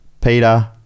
Peter